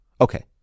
Okay